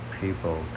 people